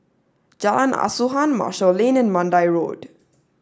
Jalan Asuhan Marshall Lane and Mandai Road